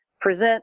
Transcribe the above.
present